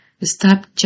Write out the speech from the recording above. Stop